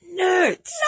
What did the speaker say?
Nerds